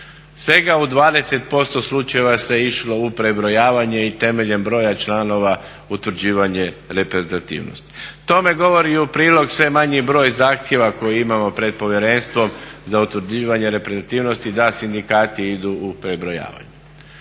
Svega u 20% slučajeva se išlo u prebrojavanje i temeljem broja članova utvrđivanje reprezentativnosti. Tome govori u prilog sve manji broj zahtjeva koji imamo pred Povjerenstvom za utvrđivanje reprezentativnosti da sindikati idu u prebrojavanje.